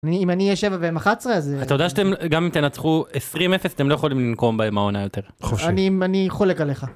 אם אני אהיה שבע והם אחת עשרה אז אה... אתה יודע שגם אם תנצחו 20-0 אתם לא יכולים לנקום בהם העונה יותר. חופשי. אני חולק עליך.